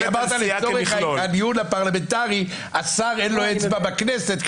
כי אמרת לצורך הניהול הפרלמנטרי שלשר אין אצבע בכנסת.